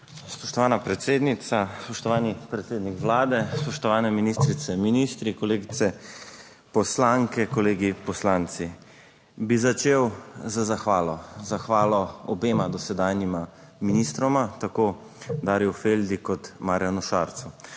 Spoštovana predsednica, spoštovani predsednik Vlade, spoštovane ministrice, ministri, kolegice poslanke, kolegi poslanci! Začel bi z zahvalo obema dosedanjima ministroma, tako Darju Feldi kot Marjanu Šarcu.